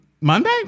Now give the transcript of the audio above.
Monday